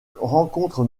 rencontre